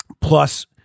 plus